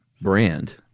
brand